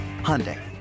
Hyundai